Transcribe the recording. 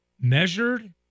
measured